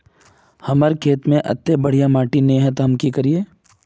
हमर खेत में अत्ते बढ़िया माटी ने है ते हम की करिए?